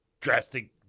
drastic